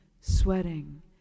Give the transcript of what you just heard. sweating